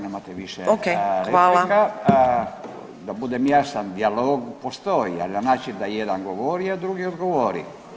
Nemate više replika [[Upadica: Okej, hvala.]] Da budem jasan, dijalog postoji, ali na način da jedan govori, a drugi odgovori.